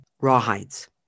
rawhides